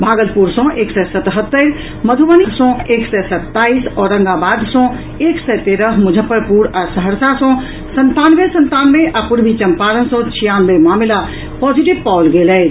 भागलपुर सँ एक सय सतहत्तरि मधुबनी सँ एक सय सत्ताईस औरंगाबाद सँ एक सय तेरह मुजफ्फरपुर आ सहरसा सँ संतानवे संतानवे आ पूर्वी चंपारण सँ छियानवे मामिला पॉजिटिव पाओल गेल अछि